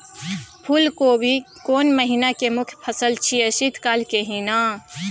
फुल कोबी केना महिना के मुखय फसल छियै शीत काल के ही न?